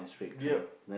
yep